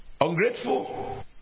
ungrateful